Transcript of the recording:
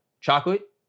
Chocolate